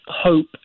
hope